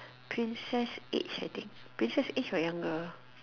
princess age I think princess age or younger